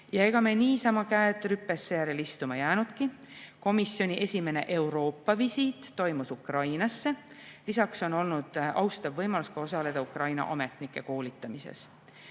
Ja ega me niisama käed rüpes seejärel istuma jäänudki. Komisjoni esimene Euroopa-visiit toimus Ukrainasse, lisaks on meil olnud austav võimalus osaleda Ukraina ametnike koolitamises.